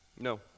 No